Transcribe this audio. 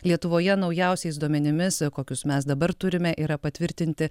lietuvoje naujausiais duomenimis kokius mes dabar turime yra patvirtinti